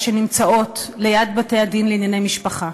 שנמצאות ליד בתי-המשפט לענייני משפחה,